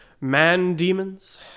man-demons